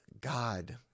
God